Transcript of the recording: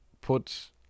put